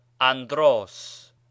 andros